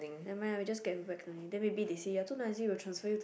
nevermind ah we just get whacked only then maybe they see you are too noisy we'll transfer you to